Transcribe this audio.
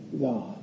God